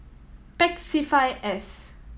Pek C five S